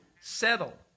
settle